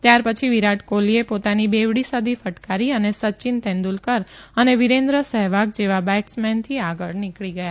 ત્યાર પછી વિરાટ કોહલીએ પોતાની બેવડી સદી ફટકારી અને સચિવ તેડુંલકર અને વીરેન્દ્ર સહેવાગ જેવા બેટસમેનથી આગળ નીકળી ગયા